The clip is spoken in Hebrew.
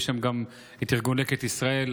היו שם גם ארגון לקט ישראל,